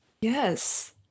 Yes